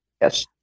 Yes